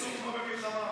תפצו כמו במלחמה.